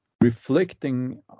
reflecting